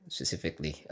Specifically